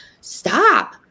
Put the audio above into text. stop